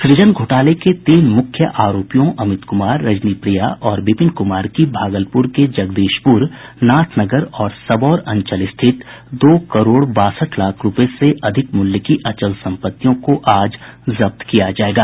सूजन घोटाले के तीन मुख्य आरोपियों अमित कुमार रजनी प्रिया और विपिन कूमार की भागलपुर के जगदीशपुर नाथनगर और सबौर अंचल स्थित दो करोड़ बासठ लाख से अधिक मूल्य की अचल संपत्तियों को आज जब्त किया जायेगा